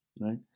right